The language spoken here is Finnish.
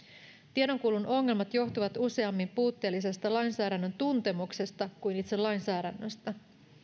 tiedonkulun ongelmat johtuvat useammin puutteellisesta lainsäädännön tuntemuksesta kuin itse lainsäädännöstä